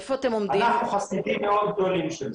אנחנו חסידים מאוד גדולים של זה.